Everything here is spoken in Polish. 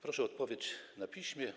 Proszę o odpowiedź na piśmie.